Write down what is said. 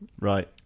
Right